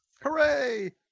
Hooray